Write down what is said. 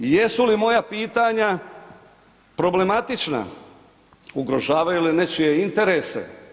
Jesu li moja pitanja problematična, ugrožavaju li nečije interese?